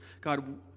God